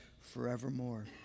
forevermore